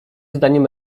zdaniem